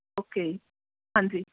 okay ਜੀ ਹਾਂਜੀ